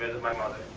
my mother,